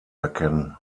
erkennen